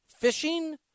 fishing